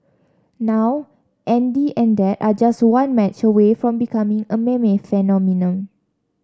now Andy and dad are just one match away from becoming a meme phenomenon